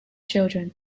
children